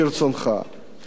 הם לא צריכים, לא הבטחות,